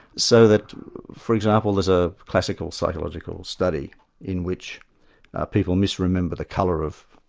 so that for example, there's a classical psychological study in which people misremember the colour of,